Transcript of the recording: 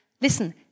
Listen